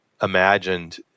imagined